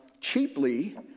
cheaply